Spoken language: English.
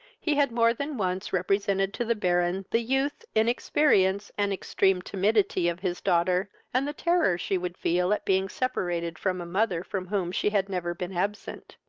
he had more than once represented to the baron the youth, inexperience, and extreme timidity, of his daughter, and the terror she would feel at being separated from a mother from whom she had never been absent.